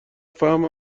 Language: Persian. فهم